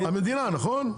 המדינה, נכון?